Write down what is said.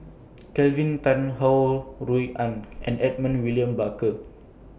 Kelvin Tan Ho Rui An and Edmund William Barker